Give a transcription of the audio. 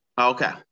Okay